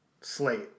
slate